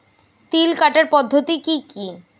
তিল কাটার পদ্ধতি কি কি?